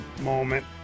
moment